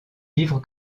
vivre